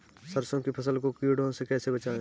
सरसों की फसल को कीड़ों से कैसे बचाएँ?